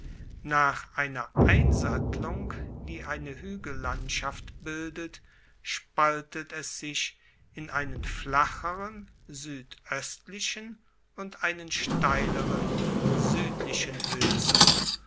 nach einer einsattlung die eine huegellandschaft bildet spaltet es sich in einen flacheren suedoestlichen und einen steileren suedlichen hoehenzug